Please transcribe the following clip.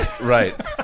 Right